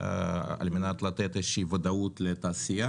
על מנת לתת איזו שהיא וודאות לתעשייה.